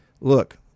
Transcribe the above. Look